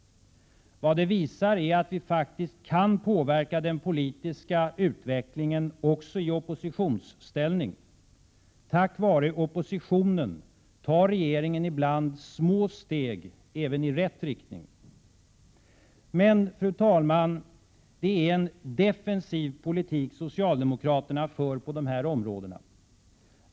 Vad det visar är att vi kan påverka den politiska utvecklingen också i oppositionsställning. Tack vare oppositionen tar regeringen ibland små steg även i rätt riktning. Men, fru talman, det är en defensiv politik socialdemokraterna för på de här områdena.